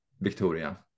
Victoria